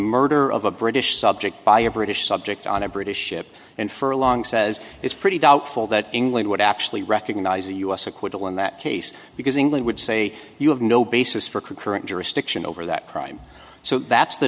murder of a british subject by a british subject on a british ship and for a long says it's pretty doubtful that england would actually recognize a u s acquittal in that case because england would say you have no basis for concurrent jurisdiction over that crime so that's the